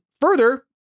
further